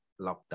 lockdown